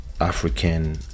African